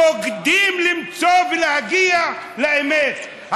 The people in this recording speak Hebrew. שוקדים למצוא ולהגיע לאמת,